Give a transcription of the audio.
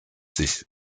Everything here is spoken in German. sich